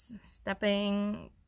stepping